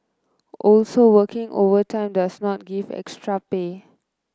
also working overtime does not give extra pay